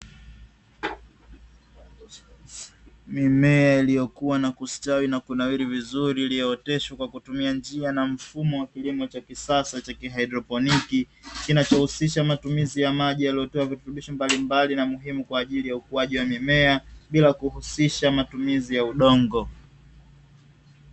Mimea iliyokuwa na kustawi vizuri iliyooteshwa kwa kutumia njia na mfumo wa kisasa cha kihaidroponi, kinachohusisha matumizi ya maji yaliyowekewa virutubisho muhimu kwa ajili ya ikuwaji wa mimea bila kuhisisha matumizi ya udongo.